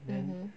mmhmm